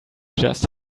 just